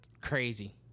Crazy